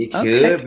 okay